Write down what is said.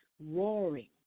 roaring